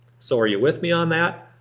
so are you with me on that?